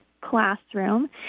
classroom